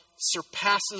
surpasses